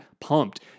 pumped